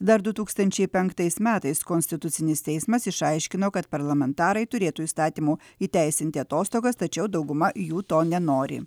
dar du tūkstančiai penktais metais konstitucinis teismas išaiškino kad parlamentarai turėtų įstatymu įteisinti atostogas tačiau dauguma jų to nenori